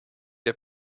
der